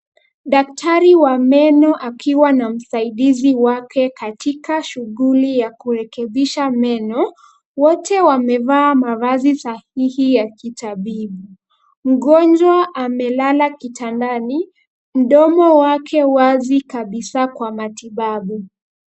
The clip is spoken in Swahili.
Mdaktari wa meno akiwa na msaidizi wake katika shughuli ya kurekebisha meno, wote wamevaa mavazi sahihi ya kitabibu. Mgonjwa amelala kitandani, mdomo wake wazi kabisa kwa matibabu.